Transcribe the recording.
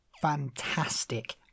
fantastic